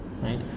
Right